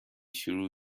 شروع